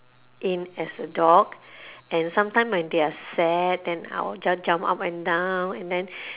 in as a dog and sometimes when they are sad then I'll just jump up and down and then